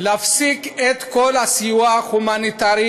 ולהפסיק את כל הסיוע ההומניטרי